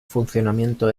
funcionamiento